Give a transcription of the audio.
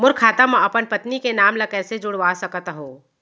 मोर खाता म अपन पत्नी के नाम ल कैसे जुड़वा सकत हो?